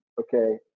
okay